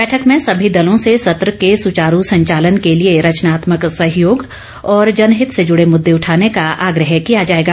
बैठक में सभी दलों से सत्र के सुचारू संचालन के लिए रचनात्मक सहयोग और जनहित से जुडे मुद्दे उठाने का आग्रह किया जाएगा